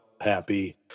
happy